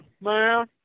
man